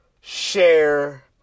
share